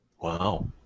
Wow